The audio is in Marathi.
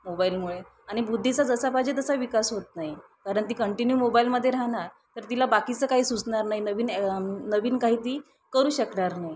मोबाईलमुळे आणि बुद्धीचा जसा पाहिजे तसा विकास होत नाही कारण ती कंटिन्यू मोबाईलमध्ये राहणार तर तिला बाकीचं काही सुचणार नाही नवीन नवीन काही ती करू शकणार नाही